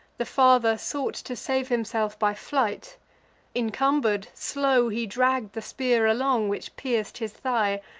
the father sought to save himself by flight incumber'd, slow he dragg'd the spear along, which pierc'd his thigh,